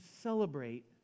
celebrate